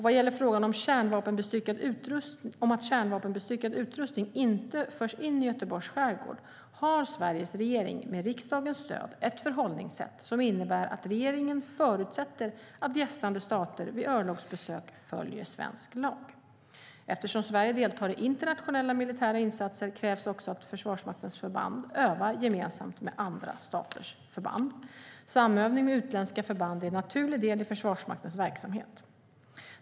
Vad gäller frågan om att kärnvapenbestyckad utrustning inte förs in i Göteborgs skärgård har Sveriges regering med riksdagens stöd ett förhållningssätt som innebär att regeringen förutsätter att gästande stater vid örlogsbesök följer svensk lag. Eftersom Sverige deltar i internationella militära insatser krävs också att Försvarsmaktens förband övar gemensamt med andra staters förband. Samövning med utländska förband är en naturlig del i Försvarsmaktens verksamhet.